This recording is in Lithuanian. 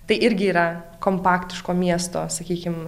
tai irgi yra kompaktiško miesto sakykim